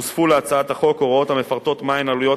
הוספו להצעת החוק הוראות המפרטות מהן עלויות